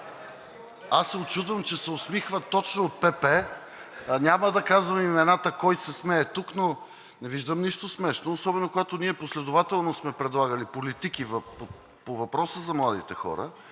Аз се учудвам, че се усмихват точно от ПП, няма да казвам имената кой се смее тук, но не виждам нищо смешно, особено когато ние последователно сме предлагали политики по въпроса за младите хора.